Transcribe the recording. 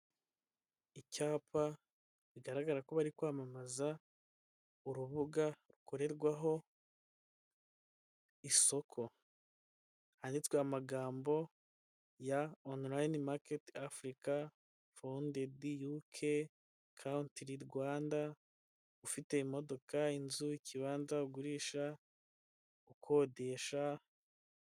Icyapa bigaragara ko bari kwamamaza urubuga rukorerwaho isoko, handitse aya magambo ya onorayini maketi Afurika fondedi yuke kantiri Rwanda, ufite imodoka, inzu, ikibanza ugurisha ukodesha.